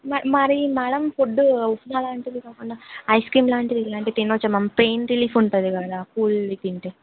మ్యా మరీ madam food ఉప్మలాంటిది కాకుండా ఐస్ క్రీం లాంటిది ఇలాంటివి తినచ్చా మ్యామ్ పెయిన్ రిలీఫ్ ఉంటుంది కదా కూల్వి తింటే